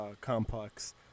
complex